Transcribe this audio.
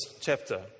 chapter